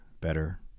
better